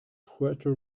puerto